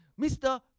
Mr